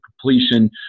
completion